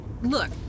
Look